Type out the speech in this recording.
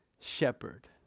shepherd